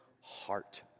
heart